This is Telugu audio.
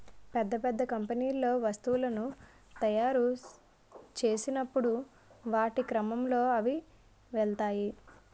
పెద్ద పెద్ద కంపెనీల్లో వస్తువులను తాయురు చేసినప్పుడు వాటి క్రమంలో అవి వెళ్తాయి